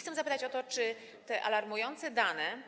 Chcę zapytać o to, czy te alarmujące dane,